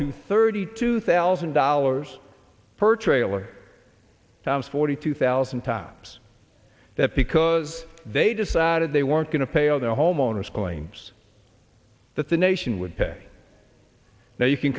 to thirty two thousand dollars per trailer that was forty two thousand times that because they decided they weren't going to pay all the homeowners claims that the nation would pay now you can